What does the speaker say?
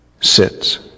sits